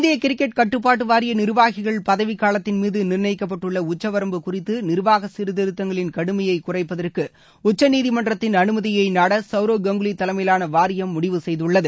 இந்திய கிரிக்கெட் கட்டுப்பாட்டு வாரிய நிர்வாகிகள் பதவிக்காலத்தின் மீது நிர்ணயிக்கப்பட்டுள்ள உச்சவரம்பு குறித்த நிர்வாக சீர்திருத்தங்களின் கடுமையை குறைப்பதற்கு உச்சநீதிமன்றத்தின் அனுமதியை நாட சவ்ரவ் கங்குலி தலைமையிலான வாரியம் முடிவு செய்துள்ளது